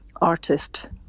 artist